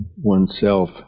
oneself